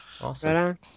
Awesome